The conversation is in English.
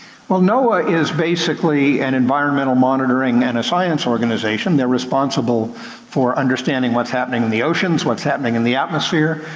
well noaa is basically an environmental monitoring and a science organization. they're responsible for understanding what's happening in the oceans, what's happening in the atmosphere.